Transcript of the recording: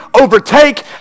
overtake